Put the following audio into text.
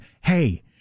hey